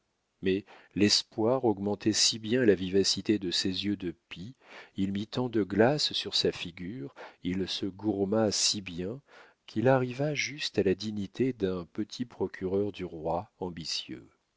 mais l'espoir augmentait si bien la vivacité de ses yeux de pie il mit tant de glace sur sa figure il se gourma si bien qu'il arriva juste à la dignité d'un petit procureur du roi ambitieux